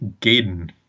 Gaiden